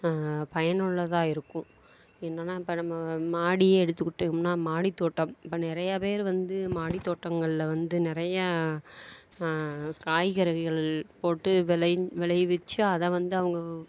பயனுள்ளதாக இருக்கும் என்னன்னால் இப்போ நம்ம மாடியே எடுத்துக்கிட்டோம்னால் மாடித்தோட்டம் இப்போ நிறையா பேர் வந்து மாடித்தோட்டங்களில் வந்து நிறைய காய்கறிகள் போட்டு விளை விளைவிச்சு அதை வந்து அவங்க